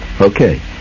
Okay